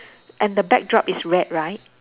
and the backdrop is red right